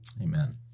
Amen